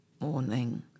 morning